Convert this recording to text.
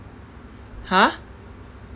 !huh!